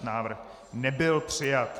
Návrh nebyl přijat.